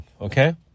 okay